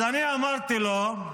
אז אני אמרתי לו: